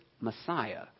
Messiah